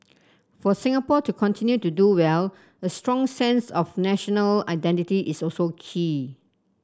for Singapore to continue to do well a strong sense of national identity is also key